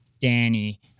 Danny